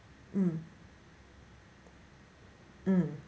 mm mm